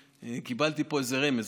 קיבלתי פה איזה רמז,